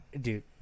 Dude